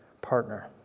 partner